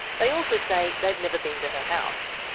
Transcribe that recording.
they also say they've never been to her house.